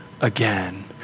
again